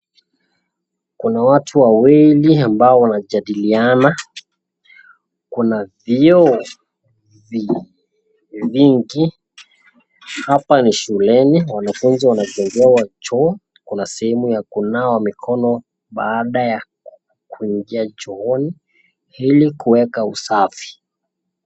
Kuna watu wawili ambao wanajadiliana, kuna vyoo vyingi. Hapa ni shuleni wanafunzi wanajengewa choo, kuna sehemu ya kunawa mikono baada ya kuingia chooni ili kuweka usafi.